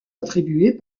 attribuées